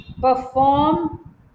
perform